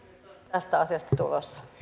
tästä asiasta tulossa